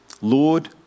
Lord